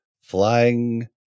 flying